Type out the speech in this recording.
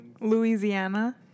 Louisiana